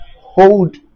hold